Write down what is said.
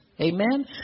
Amen